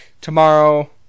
tomorrow